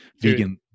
vegan